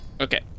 Okay